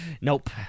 Nope